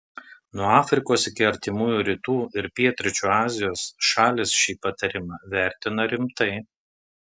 nuo afrikos iki artimųjų rytų ir pietryčių azijos šalys šį patarimą vertina rimtai